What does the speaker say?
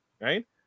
right